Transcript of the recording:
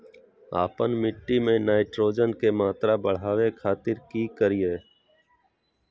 आपन मिट्टी में नाइट्रोजन के मात्रा बढ़ावे खातिर की करिय?